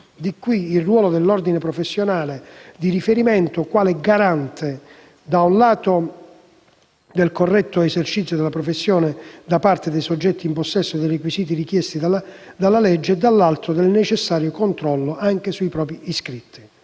Di qui, il ruolo dell'ordine professionale di riferimento quale garante, da un lato, del corretto esercizio della professione da parte dei soggetti in possesso dei requisiti richiesti dalla legge e, dall'altro, del necessario controllo sui propri iscritti.